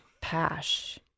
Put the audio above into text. Pash